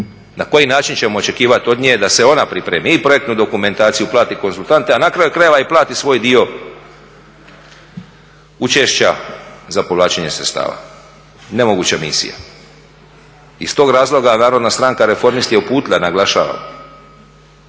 Na koji način ćemo očekivati od njega da se ona pripremi, i projektnu dokumentaciju, plati konzultante, a na kraju krajeva i plati svoj dio učešća za povlačenje sredstava. Nemoguća misija. Iz tog razloga Narodna stranka reformisti je uputila, naglašavam,